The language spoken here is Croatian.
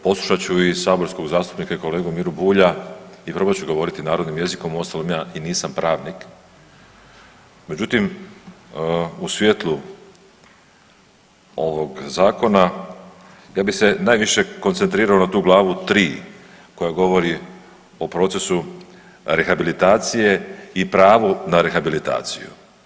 Poslušat ću i saborskog zastupnika i kolegu Miru Bulja i probat ću govoriti narodnim jezikom, uostalom ja i nisam pravnik međutim u svjetlu ovog zakona ja bih se najviše koncentrirao na tu glavu tri koja govori o procesu rehabilitacije i pravu na rehabilitaciju.